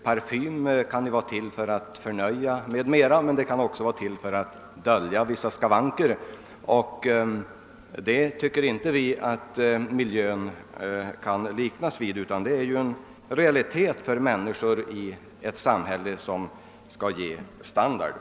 Parfym kan ju förnöja, men den kan också vara till för att dölja vissa skavanker, och därför tycker jag inte att bostadsmiljön med vår värdering kan liknas vid parfym. Miljön är ju en realitet för människorna i samhället och den utgör en del av standarden.